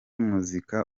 muzika